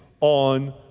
on